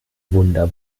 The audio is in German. wunder